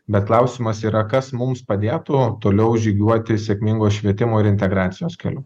bet klausimas yra kas mums padėtų toliau žygiuoti sėkmingo švietimo ir integracijos keliu